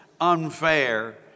unfair